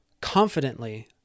confidently